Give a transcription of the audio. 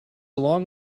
long